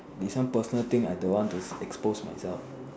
this one personal thing I don't to expose myself